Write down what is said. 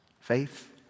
Faith